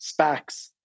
SPACs